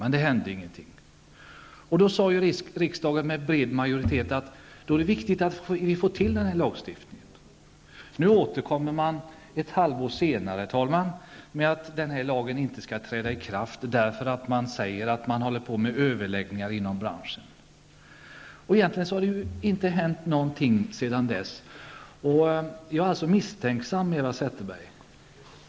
Men det hände ingenting, och då sade riksdagen med bred majoritet att det därför var viktigt att få fram denna lagstiftning. Nu återkommer regeringen, ett halvår senare, och föreslår att lagen inte skall träda i kraft därför att branschen säger att man håller på med överläggningar. Egentligen har det inte hänt någonting. Jag är alltså misstänksam, Eva Zetterberg.